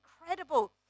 incredible